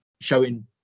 showing